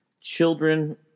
children